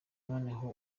noneho